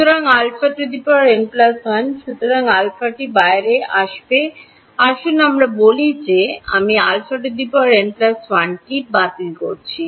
সুতরাং αn 1 সুতরাং এই আলফাটি বাইরে আসবে আসুন আমরা বলি যে আমি αn 1 বাতিল করছি